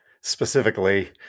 specifically